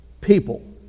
people